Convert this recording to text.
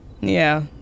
Yeah